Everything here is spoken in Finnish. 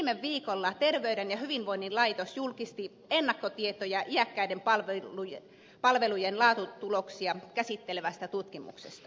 viime viikolla terveyden ja hyvinvoinnin laitos julkisti ennakkotietoja iäkkäiden palvelujen laatutuloksia käsittelevästä tutkimuksesta